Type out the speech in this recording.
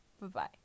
Bye-bye